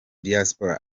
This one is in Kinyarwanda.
diaspora